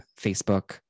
Facebook